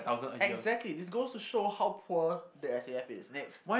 exactly this goes to show how poor the S_A_F is next